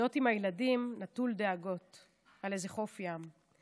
להיות עם הילדים נטול דאגות על איזה חוף ים.